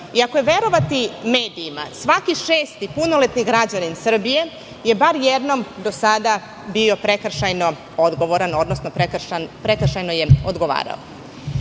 Ako je verovati medijima, svaki šesti punoletni građanin Srbije je bar jednom do sada bio prekršajno odgovoran, odnosno prekršajno je odgovarao.